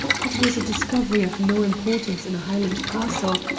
it was a discovery of no importance in a highland castle,